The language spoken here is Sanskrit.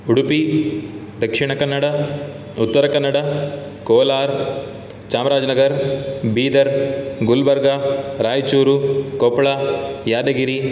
उडपि दक्षिणकन्नड उत्तरकन्नड कोलार् चामराजनगर् बीदर् गुल्बर्गा रायचुरु कोप्पल यादगिरि